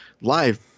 live